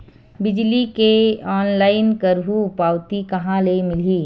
बिजली के ऑनलाइन करहु पावती कहां ले मिलही?